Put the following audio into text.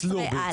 בסעיף 16 א',